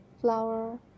flour